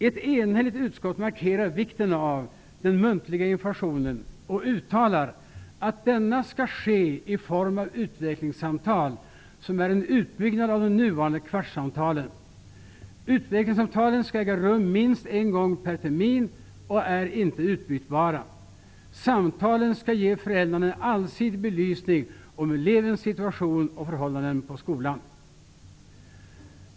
Ett enhälligt utskott markerar vikten av den muntliga informationen och uttalar att denna skall ske i form av utvecklingssamtal, som är en utbyggnad av de nuvarande kvartssamtalen. Utvecklingssamtalen skall äga rum minst en gång per termin och är inte utbytbara. Samtalen skall ge föräldrarna en allsidig belysning av elevens situation och förhållanden på skolan.